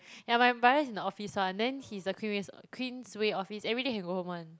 ya my brother is in the office one then he's the Queenways Queensway office everyday can go home [one]